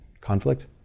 Conflict